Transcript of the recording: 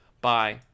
Bye